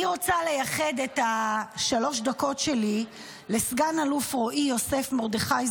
אני רוצה לייחד את שלוש הדקות שלי לסגן אלוף רועי יוסף מרדכי,